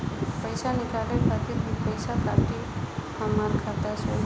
पईसा निकाले खातिर भी पईसा कटी हमरा खाता से?